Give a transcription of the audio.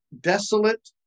desolate